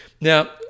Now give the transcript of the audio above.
Now